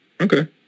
Okay